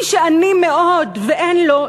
מי שעני מאוד ואין לו,